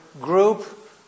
group